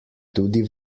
tudi